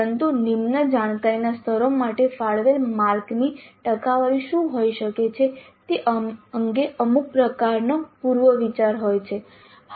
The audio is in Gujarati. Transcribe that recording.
પરંતુ નિમ્ન જાણકારીના સ્તરો માટે ફાળવેલ માર્ક્સની ટકાવારી શું હોઈ શકે તે અંગે અમુક પ્રકારનો પૂર્વ વિચાર કરો